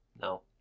No